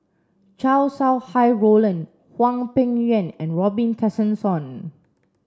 Chow Sau Hai Roland Hwang Peng Yuan and Robin Tessensohn